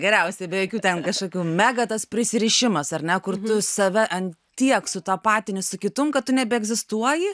geriausiai be jokių ten kažkokių mega tas prisirišimas ar ne kur save ant tiek sutapatini su kitu kad tu nebeegzistuoji